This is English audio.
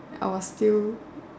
I was still